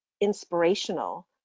inspirational